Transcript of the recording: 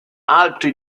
altri